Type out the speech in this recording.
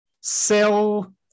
sell